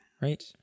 Right